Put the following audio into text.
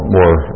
more